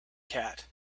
cat